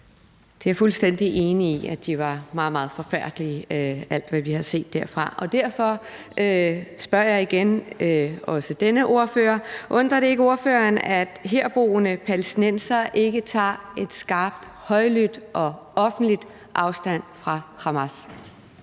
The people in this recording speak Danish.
er jeg fuldstændig enig i. Det var meget, meget forfærdeligt – alt, hvad vi har set derfra. Derfor spørger jeg igen også denne ordfører: Undrer det ikke ordføreren, at herboende palæstinensere ikke tager skarpt, højlydt og offentligt afstand fra Hamas?